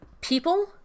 people